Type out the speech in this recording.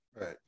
right